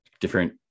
different